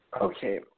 Okay